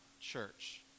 church